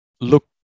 look